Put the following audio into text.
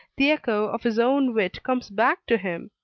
the echo of his own wit comes back to him,